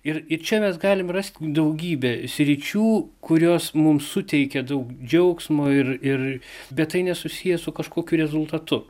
ir ir čia mes galim rast daugybę sričių kurios mums suteikia daug džiaugsmo ir ir bet tai nesusiję su kažkokiu rezultatu